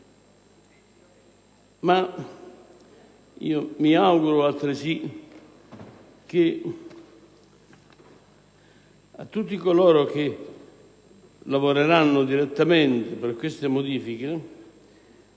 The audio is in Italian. Mi auguro altresì che a tutti coloro che lavoreranno direttamente a queste modifiche